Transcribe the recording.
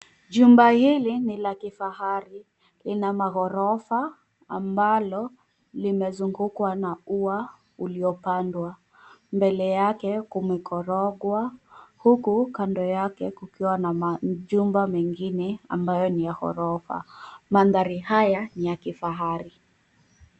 Jumba hili ni la kifahari lina maghorofa ambalo limezungukwa na ua uliopandwa. Mbele yake kumekorogwa huku kando yake kukiwa na majumba mengine ambayo ni ya ghorofa. Mandhari haya ni ya kifahari.